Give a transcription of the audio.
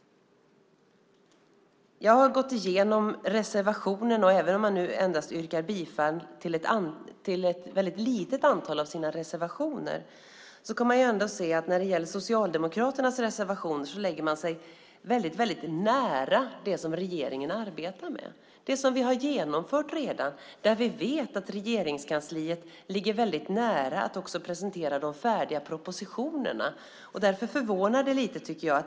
Jag har gått igenom reservationerna. Socialdemokraterna yrkar bifall till endast ett väldigt litet antal av sina reservationer, men det är ändå så att Socialdemokraternas reservationer lägger sig väldigt nära det som regeringen arbetar med och det som vi redan har genomfört. Vi vet att Regeringskansliet ligger väldigt nära att också presentera de färdiga propositionerna. Därför förvånar detta lite, tycker jag.